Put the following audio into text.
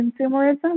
consumerism